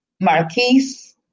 Marquise